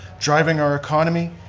driving our economy,